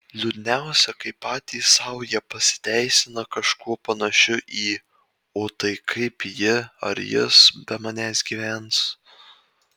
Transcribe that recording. liūdniausia kai patys sau jie pasiteisina kažkuo panašiu į o tai kaip ji ar jis be manęs gyvens